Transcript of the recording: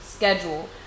Schedule